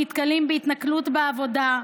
נתקלים בהתנכלויות בעבודה,